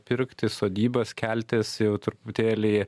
pirkti sodybas keltis jau truputėlį